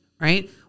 right